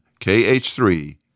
KH3